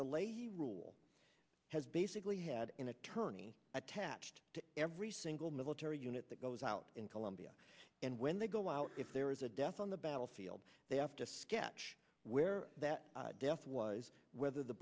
the late rule has basically had an attorney attached to every single military unit that goes out in colombia and when they go out if there is a death on the battlefield they have to sketch where that death was whether the